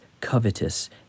covetous